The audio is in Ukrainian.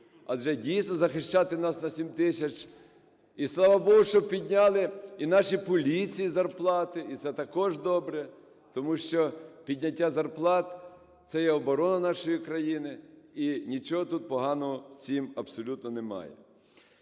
адже дійсно, захищати нас на 7 тисяч… І слава Богу, що підняли і нашій поліції зарплати, і це також добре, тому що підняття зарплат – це є оборона нашої країни, і нічого тут поганого в цім абсолютно немає.